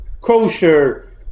kosher